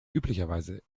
üblicherweise